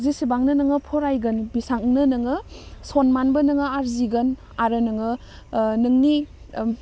जेसेबांनो नोङो फरायगोन बिसांनो नोङो सन्मानबो नोङो आरजिगोन आरो नोङो नोंनि